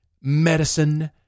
medicine